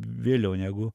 vėliau negu